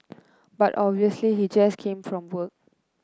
but obviously he just came from work